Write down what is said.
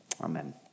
Amen